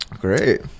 Great